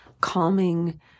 calming